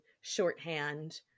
shorthand